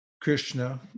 Krishna